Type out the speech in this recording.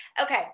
Okay